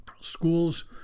schools